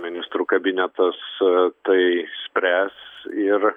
ministrų kabinetas tai spręs ir